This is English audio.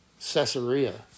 Caesarea